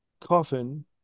coffin